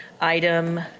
item